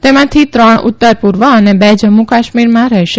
તેમાંથી ત્રણ ઉત્તર પુર્વ અનેબે જમ્મુ કાશ્મીરમાં રહેશે